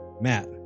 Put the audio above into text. Matt